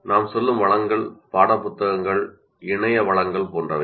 நாம் சொல்லும் வளங்கள் பாடப்புத்தகங்கள் இணைய வளங்கள் போன்றவை